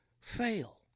fail